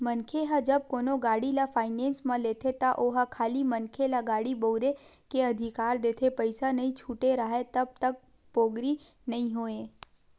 मनखे ह जब कोनो गाड़ी ल फायनेंस म लेथे त ओहा खाली मनखे ल गाड़ी बउरे के अधिकार देथे पइसा नइ छूटे राहय तब तक पोगरी नइ होय